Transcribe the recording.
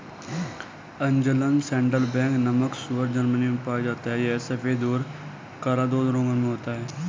Angeln saddleback नामक सूअर Germany में पाया जाता है यह सफेद और काला दो रंगों में होता है